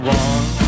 one